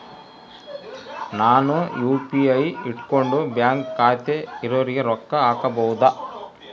ನಾನು ಯು.ಪಿ.ಐ ಇಟ್ಕೊಂಡು ಬ್ಯಾಂಕ್ ಖಾತೆ ಇರೊರಿಗೆ ರೊಕ್ಕ ಹಾಕಬಹುದಾ?